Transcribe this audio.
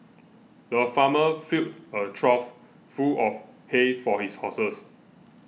the farmer filled a trough full of hay for his horses